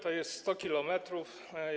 To jest 100 km.